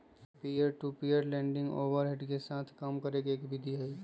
peer to peer lending overhead के साथ काम करे के एक विधि हई